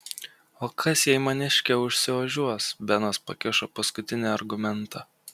o kas jei maniškė užsiožiuos benas pakišo paskutinį argumentą